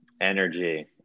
Energy